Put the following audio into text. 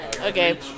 Okay